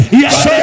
yes